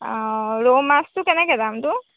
ৰৌমাছটো কেনেকৈ দামটো